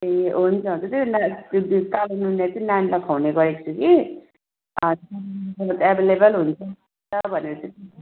ए हुन्छ हुन्छ त्यो त्यो त्यो कालो नुनिया चाहिँ नानीलाई खुवाउने गरेको छु कि एभाइलेभल हुन्छ भनेर चाहिँ